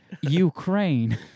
Ukraine